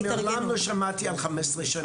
מעולם לא שמעתי על 15 שנה.